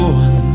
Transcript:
one